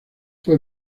fue